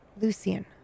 Lucian